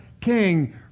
King